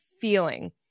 feeling